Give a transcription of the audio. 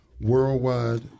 Worldwide